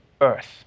Earth